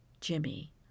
Jimmy